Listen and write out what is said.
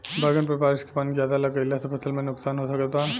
बैंगन पर बारिश के पानी ज्यादा लग गईला से फसल में का नुकसान हो सकत बा?